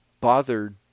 bothered